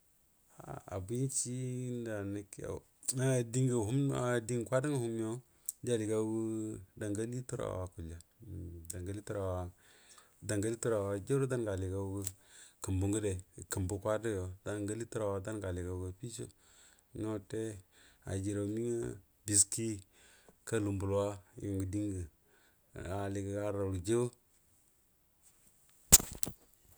Abinci da nako umcey umh ɗiengo kwade ngwa humyo dien allgau gə ɗankali turawa akud ja uhm ɗankali turawa ɗan kali turawa jaura dan ngə aligaga kumbue ngəde kumbue kwadə yo ɗankali turawa ɗan gə aliigau gə affico ngwə wate aji yəraumie ngwə biski kaklue mbulawa yu nɗr ɗienge aligə arrau rə jauwa